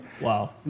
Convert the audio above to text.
Wow